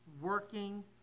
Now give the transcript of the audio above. working